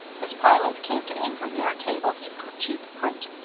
his pilot came to anchor near a table heaped with cheap print.